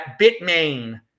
Bitmain